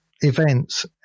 events